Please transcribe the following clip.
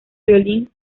violín